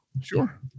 sure